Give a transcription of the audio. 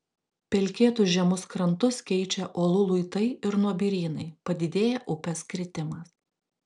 pelkėtus žemus krantus keičia uolų luitai ir nuobirynai padidėja upės kritimas